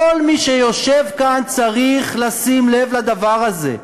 כל מי שיושב כאן צריך לשים לב לדבר הזה,